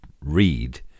read